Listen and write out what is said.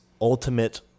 ultimate